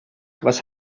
was